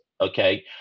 okay